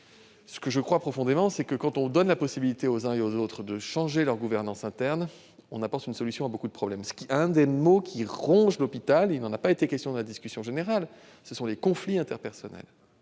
binôme. Je crois profondément qu'en donnant la possibilité aux uns et aux autres de modifier leur gouvernance interne, on apporte une solution à beaucoup de problèmes. L'un des maux qui ronge l'hôpital- il n'en a pas été question lors de la discussion générale -, ce sont les conflits interpersonnels.